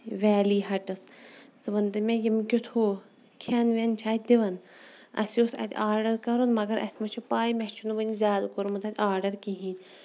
valley ہَٹٕس ژٕ وَن تہٕ مےٚ یِم کِیُتھ ہُہ کھیٚن وَیٚن چھِ اتہِ دِوان اَسہِ اوس اَتہِ آرڈر کرُن مَگر اَسہِ مہ چھےٚ پاے مےٚ چھُ نہٕ وُنہِ زیادٕ کورمُت اتہِ آرڈر کِہینۍ